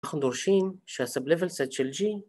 ‫אנחנו דורשים שה-Sub-Level-Set של G...